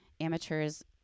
amateurs